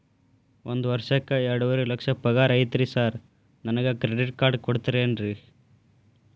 ಒಂದ್ ವರ್ಷಕ್ಕ ಎರಡುವರಿ ಲಕ್ಷ ಪಗಾರ ಐತ್ರಿ ಸಾರ್ ನನ್ಗ ಕ್ರೆಡಿಟ್ ಕಾರ್ಡ್ ಕೊಡ್ತೇರೆನ್ರಿ?